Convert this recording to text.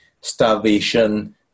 starvation